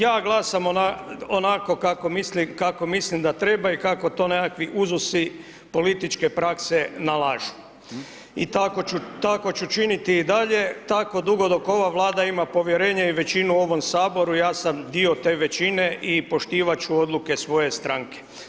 Ovoga, ja glasam onako kako mislim da treba i kako to nekakvi uzusi političke prakse nalažu i tako ću činiti i dalje tako dugo dok ova Vlada ima povjerenje i većinu u ovom saboru, ja sam dio te većine i poštivat ću odluke svoje stranke.